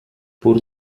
pur